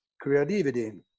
creativity